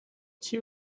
she